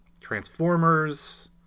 transformers